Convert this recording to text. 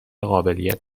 قابلیت